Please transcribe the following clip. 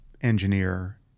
engineer